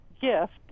gift